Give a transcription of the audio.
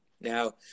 Now